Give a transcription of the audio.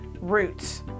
roots